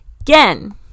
again